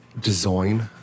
design